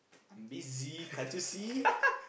busy can't you see